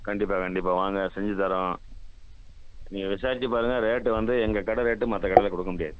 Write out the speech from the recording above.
கண்டிப்பாக கண்டிப்பாக வாங்க செஞ்சி தர்றோம் நீங்கள் விசாரிச்சு பாருங்கள் ரேட்டு வந்து எங்கள் கடை ரேட்டு மற்ற கடையில் கொடுக்க முடியாது